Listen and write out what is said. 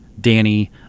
Danny